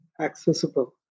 accessible